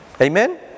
Amen